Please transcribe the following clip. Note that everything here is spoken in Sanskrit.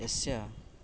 यस्य